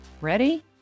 Ready